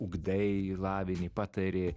ugdai lavini patari